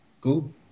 Cool